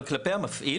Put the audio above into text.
אבל כלפי המפעיל?